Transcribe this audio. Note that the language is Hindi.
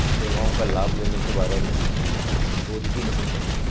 उन सेवाओं का लाभ लेने के बारे में सोच भी नहीं सकता